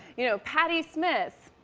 you know, patty smith,